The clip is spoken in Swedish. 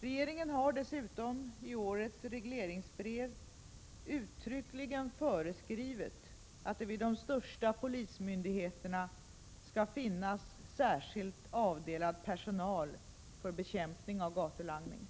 Regeringen har dessutom i årets regleringsbrev uttryckligen föreskrivit att det vid de största polismyndigheterna skall finnas särskilt avdelad personal för bekämpning av gatulangning.